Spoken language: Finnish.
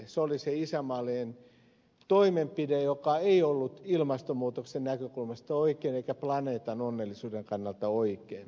se oli se isänmaallinen toimenpide joka ei ollut ilmastonmuutoksen näkökulmasta oikein eikä planeetan onnellisuuden kannalta oikein